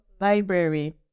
library